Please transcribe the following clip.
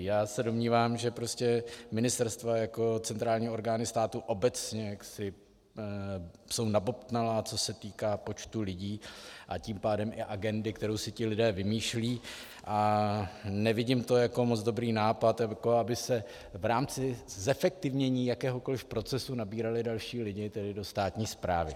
Já se domnívám, že prostě ministerstva jako centrální orgány státu obecně jaksi jsou nabobtnalá, co se týká počtu lidí, a tím pádem i agendy, kterou si ti lidé vymýšlejí, a nevidím to jako moc dobrý nápad, aby se v rámci zefektivnění jakéhokoliv procesu nabírali další lidé do státní správy.